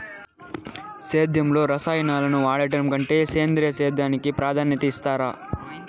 సేద్యంలో రసాయనాలను వాడడం కంటే సేంద్రియ సేద్యానికి ప్రాధాన్యత ఇస్తారు